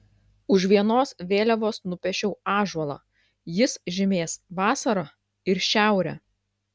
už vienos vėliavos nupiešiau ąžuolą jis žymės vasarą ir šiaurę